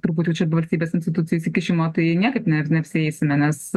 turbūt jau čia valstybės institucijų įsikišimo tai niekaip ne neapsieisime nes